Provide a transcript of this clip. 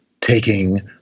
taking